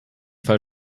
fall